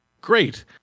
great